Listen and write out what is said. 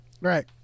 Right